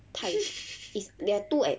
太 it's there are two eh